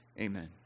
amen